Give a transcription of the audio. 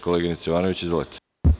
Koleginice Jovanović, izvolite.